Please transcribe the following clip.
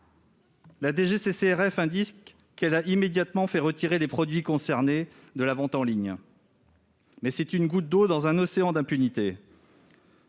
La DGCCRF indique qu'elle a immédiatement fait retirer les produits concernés de la vente en ligne. C'est une goutte d'eau dans un océan d'impunité